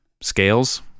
scales